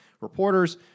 reporters